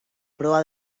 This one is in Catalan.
proa